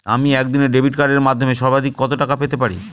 আমি একদিনে ডেবিট কার্ডের মাধ্যমে সর্বাধিক কত টাকা পেতে পারি?